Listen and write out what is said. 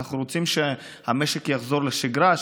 אנחנו רוצים שהמשק יחזור לשגרה,